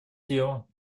дело